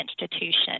institution